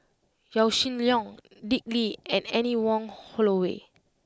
Yaw Shin Leong Dick Lee and Anne Wong Holloway